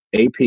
AP